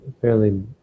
fairly